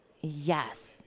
yes